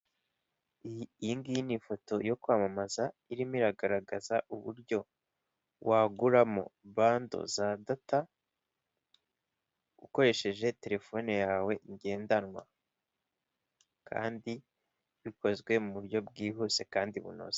Iyi ngiyi ni ifoto yo kwamamaza irimo iragaragaza uburyo waguramo bando za data ukoresheje telefone yawe ngendanwa, kandi bikozwe mu buryo bwihuse kandi bunoze.